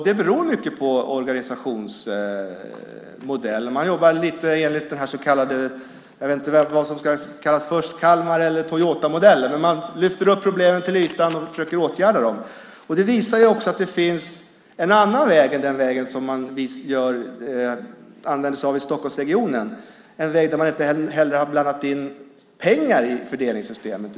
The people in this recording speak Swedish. Det beror mycket på organisationsmodellen. Man jobbar lite enligt den så kallade - jag vet inte vad som kom först och vilket man borde välja - Kalmar eller Toyotamodellen. Man lyfter upp problemen till ytan och försöker åtgärda dem. Det visar också att det finns en annan väg än den väg som man använder sig av i Stockholmsregionen, en väg där man inte heller har blandat in pengar i fördelningssystemet.